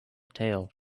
tail